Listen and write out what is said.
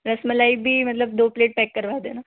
रसमलाई भी मतलब दो प्लेट पैक करवा देना